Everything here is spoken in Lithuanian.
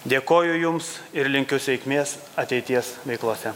dėkoju jums ir linkiu sėkmės ateities veiklose